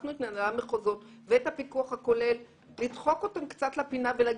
הוספנו את מנהלי המחוזות ואת הפיקוח הכולל לדחוק אותם קצת לפינה ולהגיד,